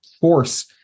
force